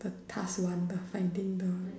the task one the finding the